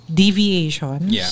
deviations